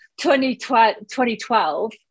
2012